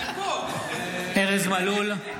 ארז מלול,